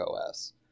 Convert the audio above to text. OS